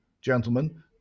gentlemen